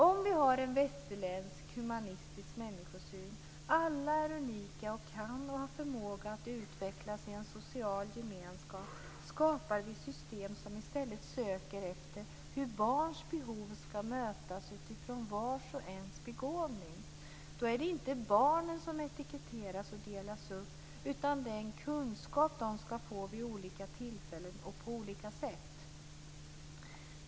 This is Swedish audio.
Om vi har en västerländsk humanistisk människosyn - alla är unika och kan och har förmåga att utvecklas i en social gemenskap skapar vi system som i stället söker efter hur barns behov ska mötas utifrån vars och ens begåvning. Då är det inte barnen som etiketteras och delas upp utan den kunskap som de ska få vid olika tillfällen och på olika sätt.